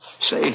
Say